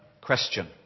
question